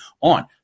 on